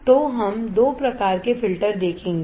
तो हम दो प्रकार के फ़िल्टर देखेंगे